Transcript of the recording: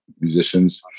musicians